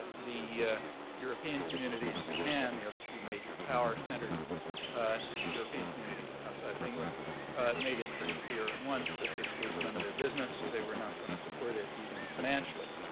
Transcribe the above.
the yeah european community and japan, the other two major power centers ah european community outside of england made it pretty clear at once that this was none of their business. they were not going to support it even financially.